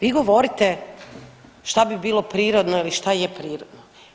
Vi govorite šta bi bilo prirodni ili šta je prirodno.